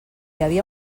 havia